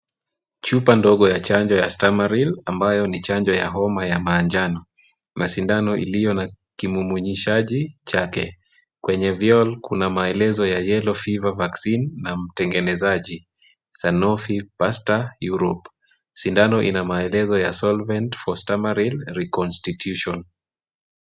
Chupa ndogo ya chanjo ya Stemerile, ambayo ni chanjo ya homa ya manjano, na sindano iliyo na kimumunyishjai chake. Kwenye vioo kuna maelezo ya Yellow Fever na mtengenezaji, Sanufi Paster Europe. Sindano ina maelezo ya solvent for Stemerile reconstruction .